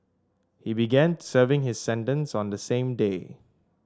he began serving his sentence on the same day